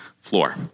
floor